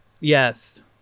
yes